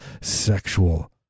sexual